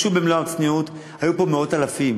היו פה מאות אלפים.